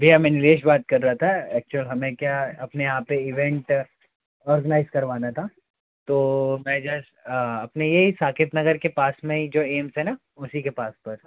भैया मैं नरेश बात कर रहा था एकचव्ल हमें क्या अपने यहाँ पर इवेंट ऑर्गेनाइज़ करवाना था तो मैं जस्ट अपने यही साकेत नगर के पास में ही जो एम्स है ना उसी के पास पर